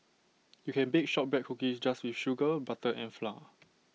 you can bake Shortbread Cookies just with sugar butter and flour